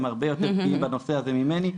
הם הרבה יותר בקיאים בנושא הזה ממני,